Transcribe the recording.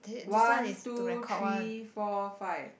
one two three four five